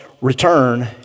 return